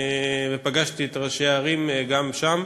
גם פגשתי את ראשי הערים שם.